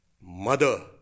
mother